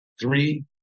three